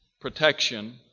protection